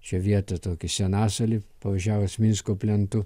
šią vietą tokį senasalį pavažiavus minsko plentu